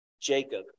Jacob